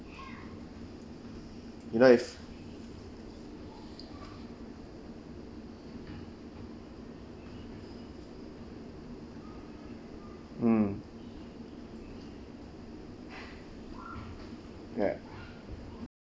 you know if mm ya